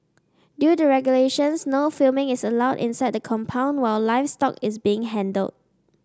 due to regulations no filming is allowed inside the compound while livestock is being handled